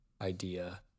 idea